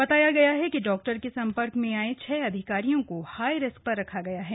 बताया कि डाक्टर में संपर्क में आए छह अधिकारियों को हाई रिस्क पर रखा गया है